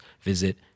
visit